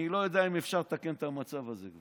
אני לא יודע אם כבר אפשר לתקן את המצב הזה,